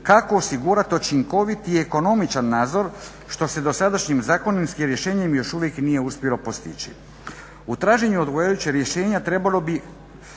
kako osigurati učinkovit i ekonomičan nadzor što se dosadašnjim zakonskim rješenjem još uvijek nije uspjelo postići. U traženju odgovarajućeg rješenja trebalo bi